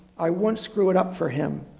i won't screw it up for him.